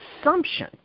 assumption